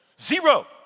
zero